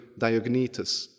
Diognetus